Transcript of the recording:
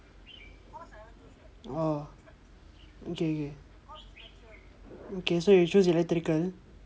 orh okay okay okay so you choose electrical